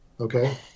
Okay